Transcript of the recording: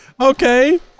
okay